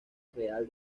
real